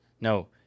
no